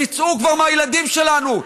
תצאו כבר מהילדים שלנו.